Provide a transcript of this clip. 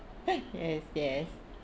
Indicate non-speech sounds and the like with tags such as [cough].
[laughs] yes yes